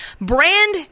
Brand